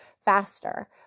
faster